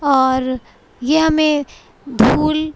اور یہ ہمیں دھول